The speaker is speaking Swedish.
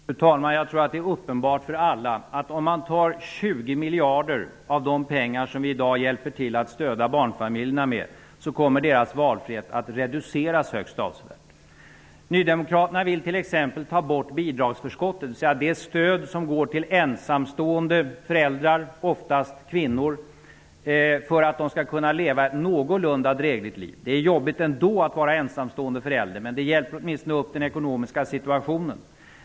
Fru talman! Jag tror att det är uppenbart för alla att barnfamiljernas valfrihet kommer att reduceras högst avsevärt om man tar 20 miljarder av de pengar som vi i dag hjälper till att stödja dem med. Nydemokraterna vill t.ex. ta bort bidragsförskottet, dvs. det stöd som går till ensamstående föräldrar -- oftast kvinnor -- för att de skall kunna leva ett någorlunda drägligt liv. Det är jobbigt att vara ensamstående förälder ändå, men det hjälper åtminstone upp den ekonomiska situationen.